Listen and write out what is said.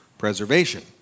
preservation